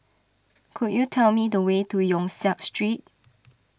could you tell me the way to Yong Siak Street